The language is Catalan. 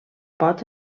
pot